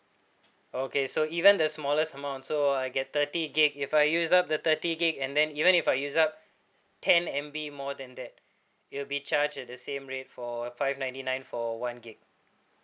okay so even the smallest amount so I get thirty gig if I use up the thirty gig and then even if I use up ten M_B more than that it will be charged at the same rate for five ninety nine for one gig